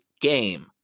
game